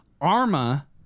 Arma